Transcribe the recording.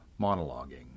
monologuing